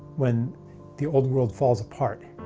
when the old world falls apart,